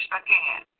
again